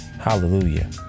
Hallelujah